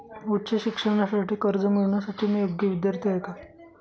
उच्च शिक्षणासाठी कर्ज मिळविण्यासाठी मी योग्य विद्यार्थी आहे का?